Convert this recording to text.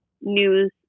news